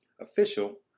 official